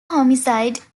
homicide